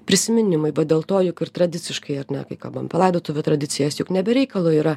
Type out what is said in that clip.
prisiminimai va dėl to juk ir tradiciškai ar ne kai kalbam apie laidotuvių tradicijas juk ne be reikalo yra